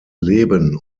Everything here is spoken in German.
leben